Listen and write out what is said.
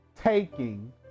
taking